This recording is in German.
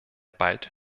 bald